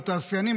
לתעשיינים,